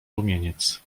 rumieniec